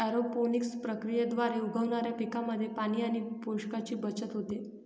aeroponics प्रक्रियेद्वारे उगवणाऱ्या पिकांमध्ये पाणी आणि पोषकांची बचत होते